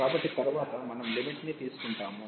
కాబట్టి తరువాత మనం లిమిట్ ని తీసుకుంటాము